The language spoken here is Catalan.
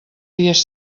dies